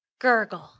gurgle